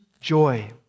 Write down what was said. joy